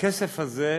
הוא